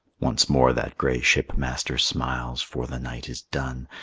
once more that gray shipmaster smiles, for the night is done,